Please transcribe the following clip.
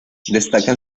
destacan